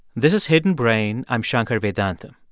this is hidden brain. i'm shankar vedantam.